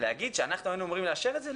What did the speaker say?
להגיד שאנחנו היינו אמורים לאשר את זה?